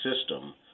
system